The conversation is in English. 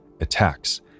attacks